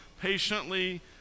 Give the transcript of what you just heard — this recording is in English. patiently